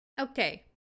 Okay